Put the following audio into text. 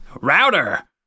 router